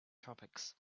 tropics